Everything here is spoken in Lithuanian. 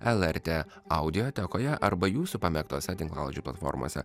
lrt audiotekoje arba jūsų pamėgtose tinklalaidžių platformose